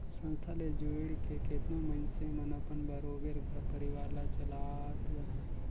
संस्था ले जुइड़ के केतनो मइनसे मन अपन बरोबेर घर परिवार ल चलात अहें